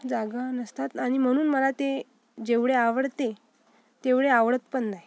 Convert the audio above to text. जागा नसतात आणि म्हणून मला ते जेवढे आवडते तेवढे आवडत पण नाही